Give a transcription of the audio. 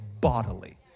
bodily